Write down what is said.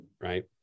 Right